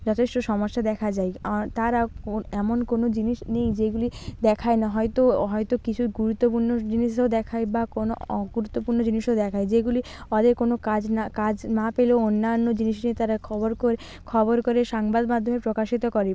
যথেষ্ট সমস্যা দেখা যায় আর তারাও কোন এমন কোনো জিনিস নেই যেইগুলি দেখায় না হয়তো হয়তো কিছু গুরুত্বপূর্ণ জিনিসও দেখায় বা কোনো অগুরুত্বপূর্ণ জিনিসও দেখায় যেগুলি ওদের কোনো কাজ না কাজ না পেলে অন্যান্য জিনিস নিয়ে তারা খবর করে খবর করে সাংবাদমাধ্যমে প্রকাশিত করে